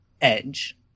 edge